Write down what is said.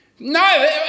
No